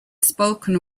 spoken